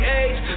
age